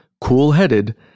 cool-headed